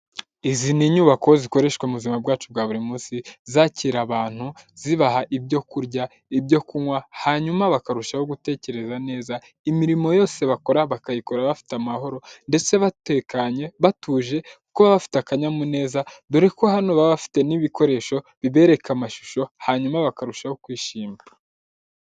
Izi ni inyubako zikoreshwa muzima bwacu bwa buri munsi zakira abantu zibaha ibyo kurya, ibyo kunywa hanyuma bakarushaho gutekereza neza, imirimo yose bakora bakayikora bafite amahoro ndetse batekanye batuje kuko bafite akanyamuneza dore ko hano baba bafite n'ibikoresho bibereka amashusho, hanyuma bakarushaho kwishima.